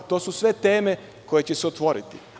To su sve teme koje će se otvoriti.